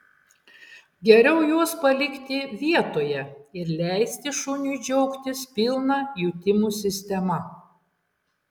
geriau juos palikti vietoje ir leisti šuniui džiaugtis pilna jutimų sistema